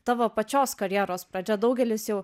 tavo pačios karjeros pradžia daugelis jau